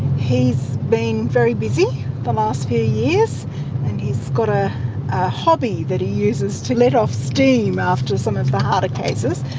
he's been very busy the last few years, and he's got a hobby that he uses to let off steam after some of the harder cases,